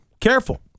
careful